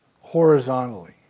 horizontally